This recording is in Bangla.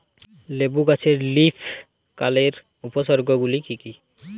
লেবু গাছে লীফকার্লের উপসর্গ গুলি কি কী?